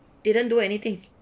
didn't do anything